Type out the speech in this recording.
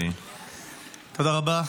תודה רבה.